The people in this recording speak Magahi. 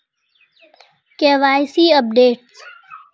KYC updation?